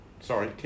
Sorry